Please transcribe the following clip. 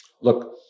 look